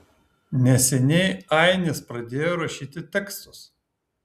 neseniai ainis pradėjo rašyti tekstus